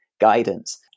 Guidance